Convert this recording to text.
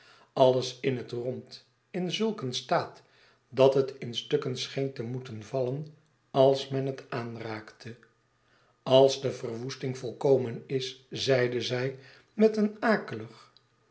alles in het rond in zulk een staat dat het in stukken scheen te moeten vallen als men het aanraakte als de verwoesting volkomen is zeide zij met een akelig